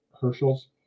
Herschel's